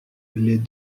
les